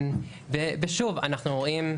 אנחנו רואים,